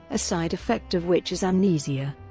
a side effect of which is amnesia.